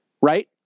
right